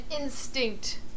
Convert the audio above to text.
instinct